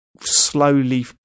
slowly